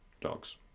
Dogs